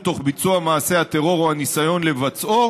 תוך ביצוע מעשה הטרור או הניסיון לבצעו,